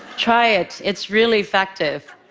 try it. it's really effective.